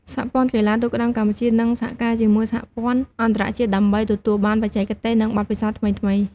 សហព័ន្ធកីឡាទូកក្ដោងកម្ពុជានឹងសហការជាមួយសហព័ន្ធអន្តរជាតិដើម្បីទទួលបានបច្ចេកទេស និងបទពិសោធន៍ថ្មីៗ។